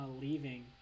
leaving